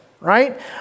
right